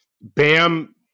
Bam